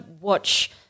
watch –